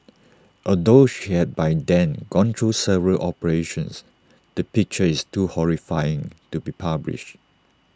although she had by then gone through several operations the picture is too horrifying to be published